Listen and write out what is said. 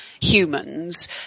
humans